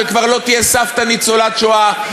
כשכבר לא תהיה סבתא ניצולת שואה,